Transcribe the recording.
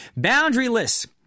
boundaryless